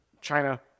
China